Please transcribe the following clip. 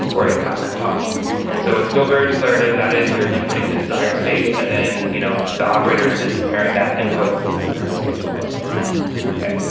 or a kafka topic. and so it's still very declarative. that is you're inputting the desired state and then you know the operators then comparing that input with the current state of the cluster okay.